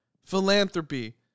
philanthropy